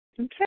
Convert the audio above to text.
Okay